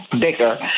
bigger